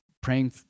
praying